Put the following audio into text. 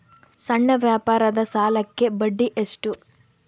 ಸಣ್ಣ ವ್ಯಾಪಾರದ ಸಾಲಕ್ಕೆ ಬಡ್ಡಿ ಎಷ್ಟು?